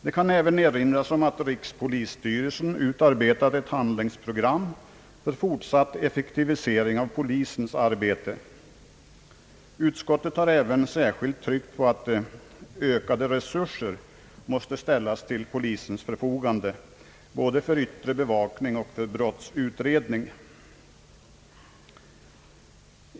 Det kan även erinras om att rikspolisstyrelsen utarbetat ett handlingsprogram för fortsatt effektivisering av polisens arbete, Utskottet har också särskilt tryckt på att ökade resurser måste ställas till polisens förfogande, både för yttre bevakning och för brottsutredning.